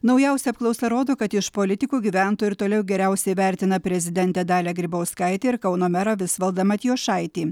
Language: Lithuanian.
naujausia apklausa rodo kad iš politikų gyventojai ir toliau geriausiai vertina prezidentę dalią grybauskaitę ir kauno merą visvaldą matijošaitį